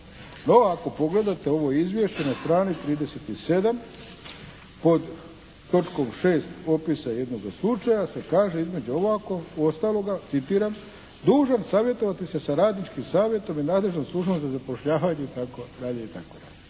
No, ako pogledate ovo izvješće na strani 37 pod točkom 6. potpisa jednoga slučaja se kaže između ostaloga citiram: "Dužan savjetovati se sa radničkim savjetom i nadležnom službom za zapošljavanje.", itd., itd.